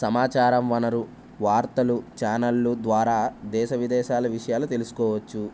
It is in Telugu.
సమాచారం వనరు వార్తలు ఛానళ్ళ ద్వారా దేశ విదేశాల విషయాలు తెలుసుకోవచ్చు